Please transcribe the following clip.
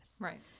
Right